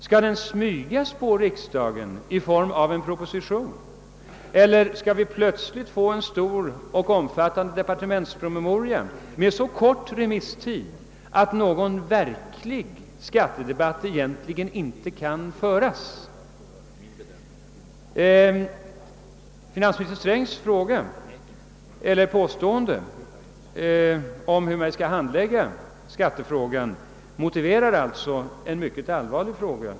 Skall den smygas på riksdagen i form av en proposition, eller skall vi plötsligt få en omfattande departementspromemoria med så kort remisstid, att någon egentlig skattedebatt inte kan föras? Finansminister Strängs påstående om hur skatteärendena skall behandlas motiverar alltså en mycket allvarlig fråga.